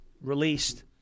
Released